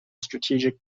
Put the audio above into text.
strategic